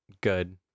Good